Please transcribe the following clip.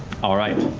all right.